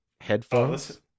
headphones